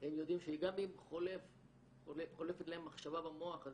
הם יודעים שגם אם חולפת להם מחשבה במוח,